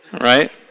Right